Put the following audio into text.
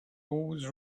always